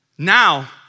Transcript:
Now